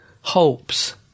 hopes